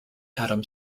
adam